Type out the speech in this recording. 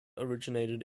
originated